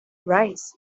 rice